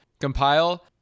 compile